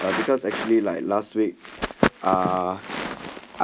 because actually like last week ah